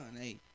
Hey